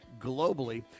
globally